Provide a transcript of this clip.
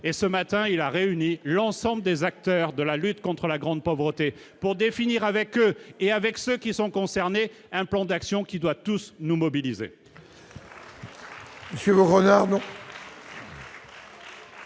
et ce matin il a réuni l'ensemble des acteurs de la lutte contre la grande pauvreté pour définir avec eux et avec ceux qui sont concernés, un plan d'action qui doit tous nous mobiliser.